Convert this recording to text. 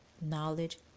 knowledge